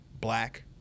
black